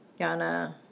Yana